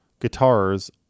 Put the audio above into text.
guitars